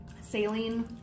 saline